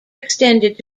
extended